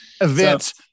Events